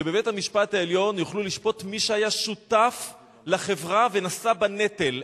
שבבית-המשפט העליון יוכלו לשפוט מי שהיה שותף לחברה ונשא בנטל,